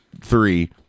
three